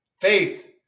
faith